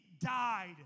died